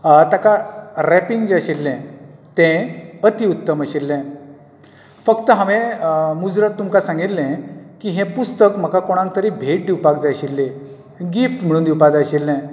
ताका रॅपिंग जें आशिल्लें तें अती उत्तम आशिल्लें फक्त हांवें मुजरत तुमकां सांगिल्लें की हें पुस्तक म्हाका कोणाक तरी भेट दिवपाक जाय आशिल्ली गिफ्ट म्हणून दिवपाक जाय आशिल्लें